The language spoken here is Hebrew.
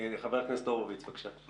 חבר הכנסת הורוביץ, בבקשה.